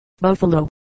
Buffalo